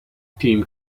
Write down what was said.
team